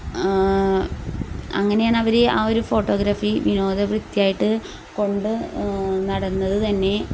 അങ്ങനെയാണ് അവർ ആ ഒരു ഫോട്ടോഗ്രാഫി വിനോദ വൃത്തിയായിട്ട് കൊണ്ടുനടന്നതുതന്നെ